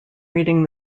reading